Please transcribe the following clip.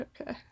okay